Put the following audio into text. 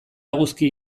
eguzki